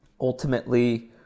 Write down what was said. ultimately